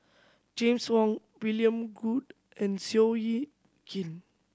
James Wong William Goode and Seow Yit Kin